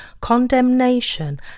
condemnation